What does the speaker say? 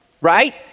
right